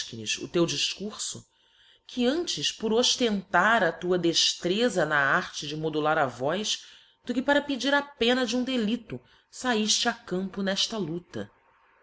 efchines o teu difcurj que antes por oltentar a tua dextrefa na arte de mo lar a voz do que para pedir a pena de um delicio íaj e a campo nella luéla